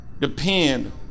Depend